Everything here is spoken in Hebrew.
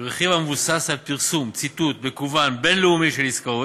רכיב המבוסס על פרסום ציטוט מקוון בין-לאומי של עסקאות,